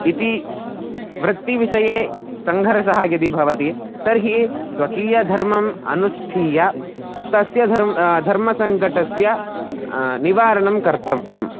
इति वृत्तिविषये सङ्घर्षः यदि भवति तर्हि स्वकीयं धर्मम् अनुष्ठीय तस्य धर्म धर्मसङ्कटस्य निवारणं कर्तव्यम्